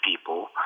people –